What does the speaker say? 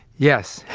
yes.